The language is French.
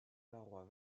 parois